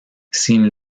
sin